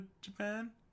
Japan